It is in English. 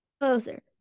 closer